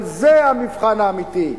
על זה המבחן האמיתי,